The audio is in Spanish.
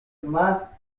más